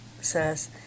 says